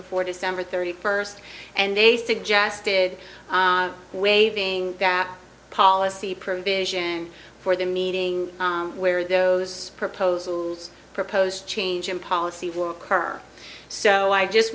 before december thirty first and they suggested waving that policy provision for the meeting where those proposals proposed change in policy will occur so i just